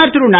பிரதமர் திரு